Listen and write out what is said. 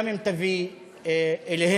גם אם תביא אליהם,